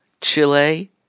Chile